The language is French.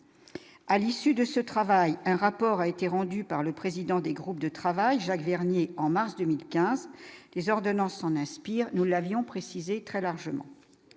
à l'issue de ce travail, un rapport a été rendu par les présidents des groupes de travail, Jacques Vernier, en mars 2015, les ordonnances s'en inspire, nous l'avions précisé très largement